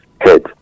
head